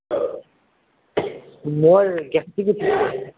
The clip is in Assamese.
মোৰ গেষ্ট্ৰিক উঠিছে